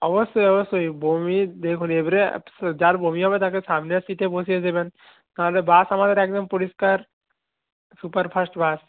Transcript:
অবশ্যই অবশ্যই বমি দেখুন এবারে যার বমি হবে তাকে সামনের সিটে বসিয়ে দেবেন কারণ তো বাস আমাদের একদম পরিষ্কার সুপার ফাস্ট বাস